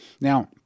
Now